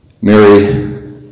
Mary